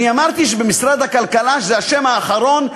אני אמרתי שבמשרד הכלכלה זה השם האחרון.